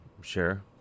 Sure